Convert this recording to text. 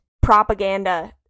propaganda